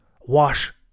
Wash